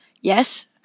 Yes